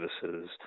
services